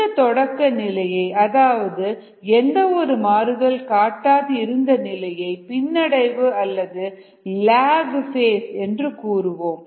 இதில் தொடக்கநிலையை அதாவது எந்த ஒரு மாறுதலும் காட்டாது இருந்த நிலையை பின்னடைவு அல்லது லாக் ஃபேஸ் என்று கூறுவோம்